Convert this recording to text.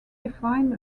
define